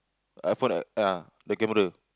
iPhone I ah the camera